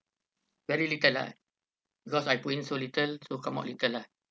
very little lah because I put in so little so come out little lah